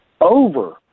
over